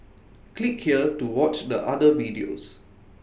click here to watch the other videos